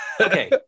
okay